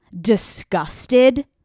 disgusted